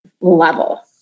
level